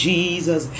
Jesus